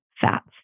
fats